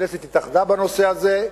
הכנסת התאחדה בנושא הזה.